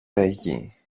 λέγει